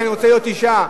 שאני רוצה להיות אשה?